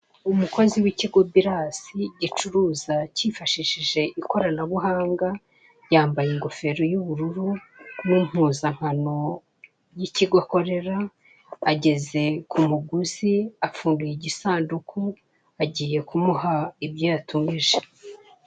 Umukozi w'ikigo Birasi, gicuruza kifashishije ikoranabuhanga, yambaye ingofero y'ubururu, n'impuzankano y'ikigo akorera, ageze ku muguzi, apfunduye igisanduku, agiye kumuha ibyo yatumije.